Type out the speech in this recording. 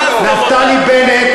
נפתלי בנט